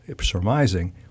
surmising